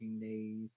days